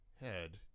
Head